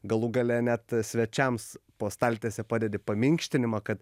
galų gale net svečiams po staltiese padedi paminkštinimą kad